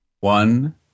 one